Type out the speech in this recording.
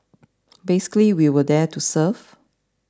basically we were there to serve